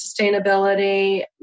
sustainability